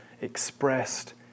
expressed